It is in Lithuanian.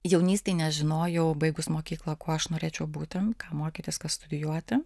jaunystėj nežinojau baigus mokyklą kuo aš norėčiau būti ką mokytis ką studijuoti